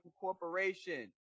Corporation